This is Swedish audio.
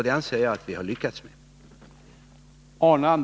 Det anser jag att vi har lyckats med.